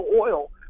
oil